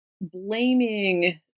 blaming